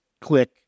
click